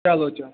چلو چلو